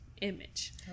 image